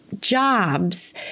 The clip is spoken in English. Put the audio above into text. jobs